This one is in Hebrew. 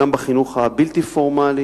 גם בחינוך הבלתי-פורמלי,